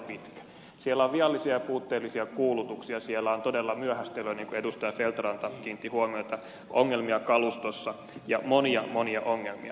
siellä on viallisia ja puutteellisia kuulutuksia siellä on todella myöhästelyä niin kuin edustaja feldt ranta kiinnitti huomiota ongelmia kalustossa ja monia monia ongelmia